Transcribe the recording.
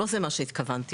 לא הסדר ייחודי לחיילים,